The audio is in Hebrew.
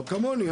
לא כמוני, אבל.